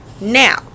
Now